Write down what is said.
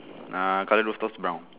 uh colour roof tops brown